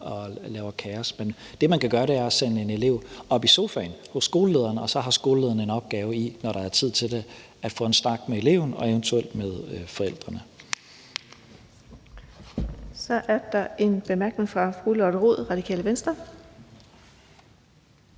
og laver kaos. Men det, man kan gøre, er at sende en elev op i sofaen hos skolelederen, og så har skolelederen en opgave i, når der er tid til det, at få en snak med eleven og eventuelt med forældrene. Kl. 18:38 Den fg. formand (Birgitte